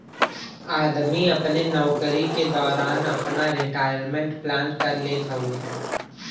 आदमी अपने नउकरी के दौरान आपन रिटायरमेंट प्लान कर लेत हउवे